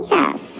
Yes